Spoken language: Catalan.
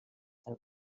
del